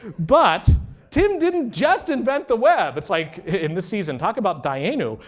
but tim didn't just invent the web. it's like, in this season, talk about dayenu.